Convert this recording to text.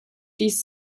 dies